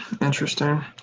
interesting